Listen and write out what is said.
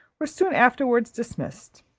were soon afterwards dismissed.